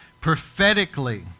prophetically